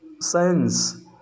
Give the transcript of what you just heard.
science